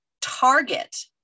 target